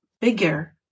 bigger